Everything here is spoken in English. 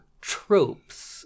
tropes